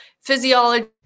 Physiology